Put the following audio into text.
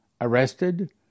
arrested